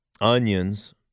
onions –